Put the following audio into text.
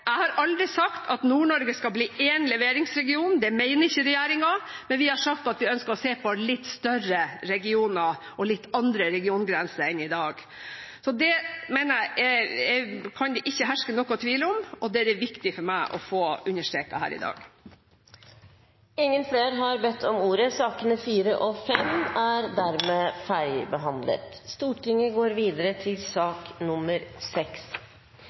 Jeg har aldri sagt at Nord-Norge skal bli én leveringsregion, det mener ikke regjeringen, men vi har sagt at vi ønsker å se på litt større regioner og litt andre regiongrenser enn i dag. Det mener jeg at det ikke kan herske noen tvil om, og det er det viktig for meg å understreke her i dag. Flere har ikke bedt om ordet til sakene nr. 4 og 5. Juks og ulovligheter er